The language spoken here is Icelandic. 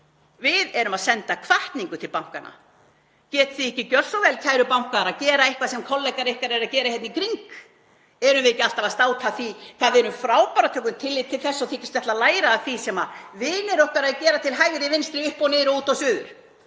Við erum að senda hvatningu til bankanna: Getið þið ekki gert svo vel, kæru bankar, að gera eitthvað sem kollegar ykkar eru að gera hérna í kring? Erum við ekki alltaf að státa af því hvað við erum frábær og tökum tillit til þess og þykjumst ætla að læra af því sem vinir okkar gera til hægri, vinstri, upp og niður, út og suður?